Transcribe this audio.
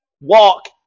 walk